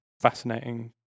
fascinating